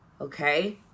Okay